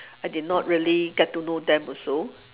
I did not really get to know them also